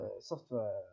software